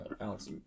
alex